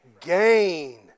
gain